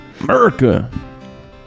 America